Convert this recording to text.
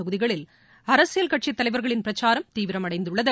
தொகுதிகளில் அரசியல் கட்சித் தலைவர்களின் பிரச்சாரம் தீவிரமடைந்துள்ளது